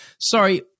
sorry